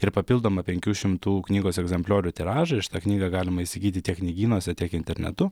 ir papildomą penkių šimtų knygos egzempliorių tiražą ir šitą knygą galima įsigyti tiek knygynuose tiek internetu